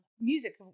music